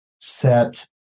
set